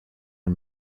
are